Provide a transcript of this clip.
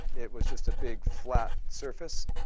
it was just a big, flat surface.